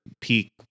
peak